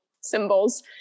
symbols